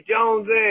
Jonesy